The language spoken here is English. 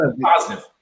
positive